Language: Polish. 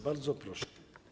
Bardzo proszę.